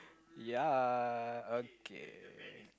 ya okay